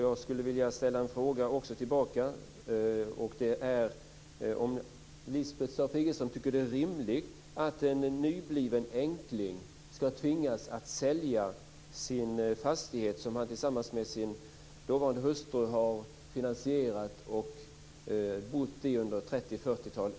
Jag skulle därför vilja ställa en fråga: Tycker Lisbeth Staaf-Igelström att det är rimligt att en nybliven änkling ska tvingas att sälja sin fastighet som han tillsammans med sin hustru har finansierat och bott i under 30-40 år?